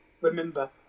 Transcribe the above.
remember